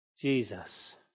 Jesus